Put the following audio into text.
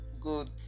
Good